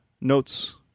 notes